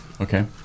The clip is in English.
Okay